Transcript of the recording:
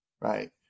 right